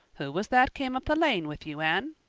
who was that came up the lane with you, anne?